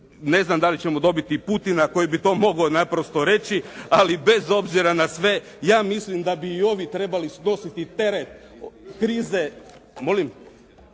Ne znam da li ćemo dobiti Putina koji bi to mogao naprosto reći ali bez obzira na sve ja mislim da bi i ovi trebali snositi teret krize